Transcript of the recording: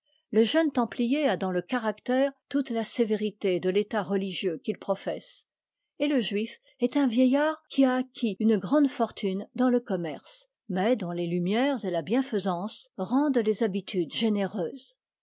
le jeune templier a dans le caractère toute la sévérité de l'état religieux qu'il professe et le juif est un vieillard qui a acquis une grande fortune dans le commerce mais dont les lumières et la bienfaisance rendent les habitudes généreuses